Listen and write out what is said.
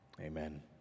amen